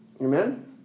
Amen